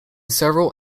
several